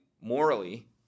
morally